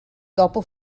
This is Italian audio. dopo